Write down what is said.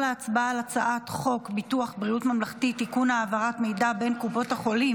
ההצעה להעביר את הצעת חוק ניוד מידע רפואי,